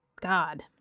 God